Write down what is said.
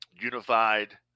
unified